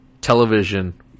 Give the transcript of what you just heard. television